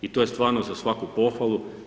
I to je stvarno za svaku pohvalu.